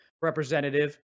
representative